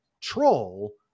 troll